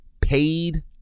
paid